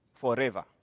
forever